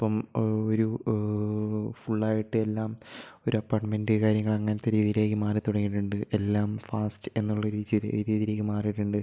ഇപ്പം ഒരു ഫുള്ളായിട്ട് എല്ലാം ഒര് അപ്പാർട്ട്മെൻറ് കാര്യങ്ങള് അങ്ങനത്തെ രീതിയിലേക്ക് മാറി തുടങ്ങിയിട്ടുണ്ട് എല്ലാം ഫാസ്റ്റ് എന്നുള്ള ഒരു ചെറിയ രീതിയിലേക്ക് മാറിയിട്ടുണ്ട്